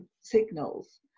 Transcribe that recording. signals